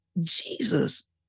Jesus